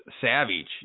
Savage